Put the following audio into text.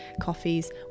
coffees